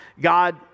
God